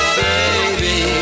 baby